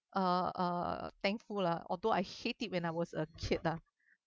uh thankful lah although I hate it when I was a kid lah